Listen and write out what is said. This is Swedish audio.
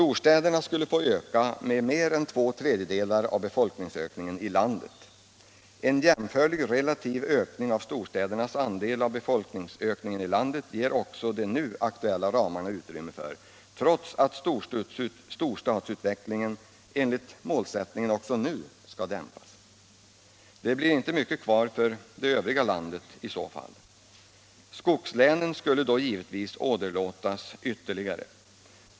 Storstäderna skulle få öka med mer än två tredjedelar av befolkningsökningen i landet. En jämförlig relativ ökning av storstädernas andel av befolkningsökningen i landet ger också de nu aktuella ramarna utrymme för, trots att storstadsutvecklingen enligt målsättningen också nu skall dämpas. Det blir inte mycket kvar för det övriga landet. Skogslänen skulle då givetvis åderlåtas ytterligare.